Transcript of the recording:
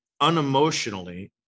unemotionally